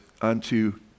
unto